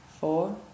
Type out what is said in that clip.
four